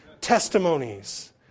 testimonies